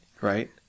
right